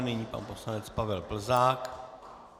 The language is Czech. Nyní pan poslanec Pavel Plzák.